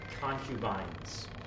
concubines